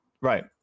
Right